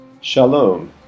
Shalom